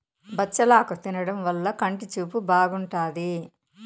బచ్చలాకు తినడం వల్ల కంటి చూపు బాగుంటాది